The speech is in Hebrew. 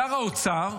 שר האוצר,